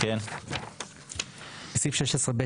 הצבעה בעד,